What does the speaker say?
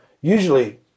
usually